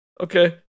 okay